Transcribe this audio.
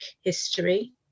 history